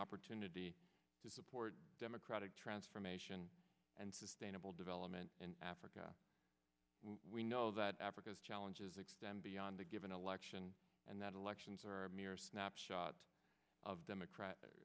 opportunity to support democratic transformation and sustainable development in africa we know that africa's challenges extend beyond the given election and that elections are a mere snapshot of democrat